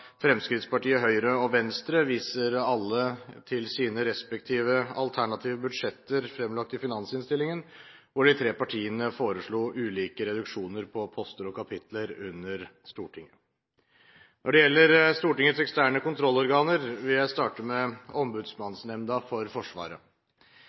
Fremskrittspartiet, Høyre og Venstre viser alle til sine respektive alternative budsjetter fremlagt i finansinnstillingen, hvor de tre partiene foreslo ulike reduksjoner på poster og kapitler under Stortinget. Når det gjelder Stortingets eksterne kontrollorganer, vil jeg starte med